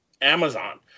Amazon